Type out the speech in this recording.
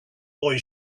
boy